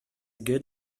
good